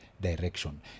direction